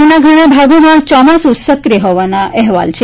રાજ્યના ઘણાભાગોમાં ચોમાસું સક્રિય હોવાના અહેવાલ છે